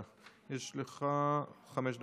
בבקשה, יש לך חמש דקות.